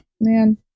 man